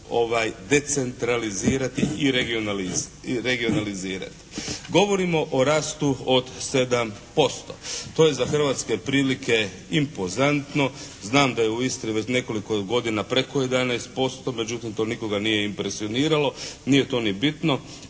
decentralizirati i regionalizirati. Govorimo o rastu od 7%. To je za hrvatske prilike impozantno, znam da je u Istri već nekoliko godina preko 11%, međutim to nikoga nije impresioniralo, nije to ni bitno,